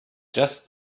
just